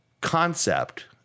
concept